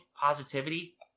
positivity